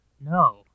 no